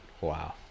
wow